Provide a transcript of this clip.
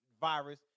virus